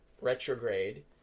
retrograde